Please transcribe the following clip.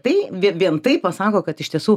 tai vie vien tai pasako kad iš tiesų